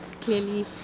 clearly